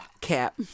Cap